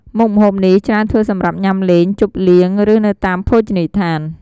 មុខម្ហូបនេះច្រើនធ្វើសម្រាប់ញ៉ាំលេង ជប់លៀង ឬនៅតាមភោជនីយដ្ឋាន។